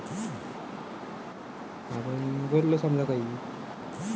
कोनची गाय वापराली पाहिजे?